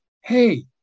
hey